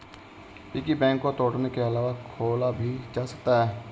piggy bank को तोड़ने के अलावा खोला भी जा सकता है